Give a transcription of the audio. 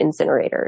incinerators